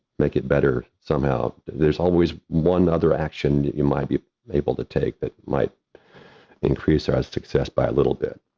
make it better, somehow. there's always one other action you might be able to take that might increase our success by a little bit.